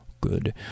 good